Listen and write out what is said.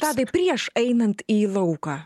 tadai prieš einant į lauką